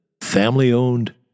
family-owned